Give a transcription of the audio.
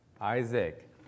Isaac